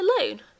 alone